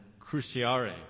cruciare